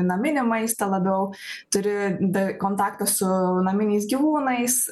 naminį maistą labiau turi kontaktą su naminiais gyvūnais